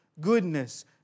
goodness